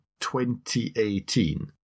2018